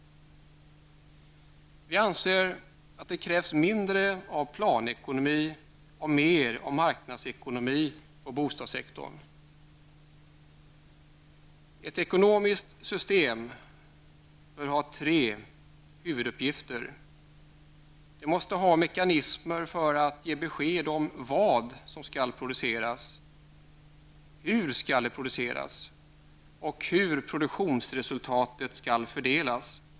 Vi anser att det krävs mindre av planekonomi och mer av marknadsekonomi på bostadsmarknaden. Ett ekonomiskt system har tre huvuduppgifter: Det måste ha mekanismer för att ge besked om vad som skall produceras, hur det skall produceras och hur produktionsresultatet skall fördelas.